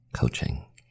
coaching